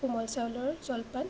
কোমল চাউলৰ জলপান